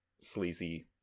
sleazy